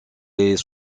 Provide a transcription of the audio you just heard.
est